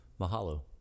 Mahalo